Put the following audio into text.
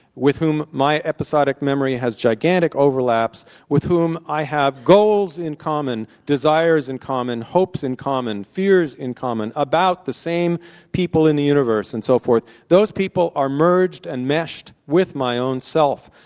with whom my episodic memory has gigantic overlaps, with whom i have goals in common, desires in common, hopes in common, fears in common about the same people in the universe and so forth, those people are merged and meshed with my own self.